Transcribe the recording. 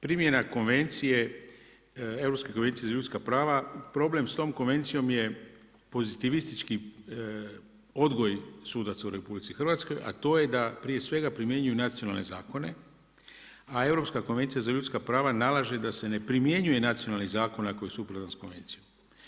Primjena konvencije, Europske konvencije za ljudska prava, problem s tom konvencijom je pozitivistički odgoj sudaca u RH, a to je da prije svega primjenjuju nacionalne zakone, a Europska konvencija za ljudska prava nalaže da se ne primjenjuje nacionalni zakon, ako je suprotan s konvencijom.